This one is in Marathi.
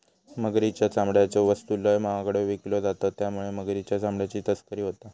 मगरीच्या चामड्याच्यो वस्तू लय महागड्यो विकल्यो जातत त्यामुळे मगरीच्या चामड्याची तस्करी होता